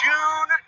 June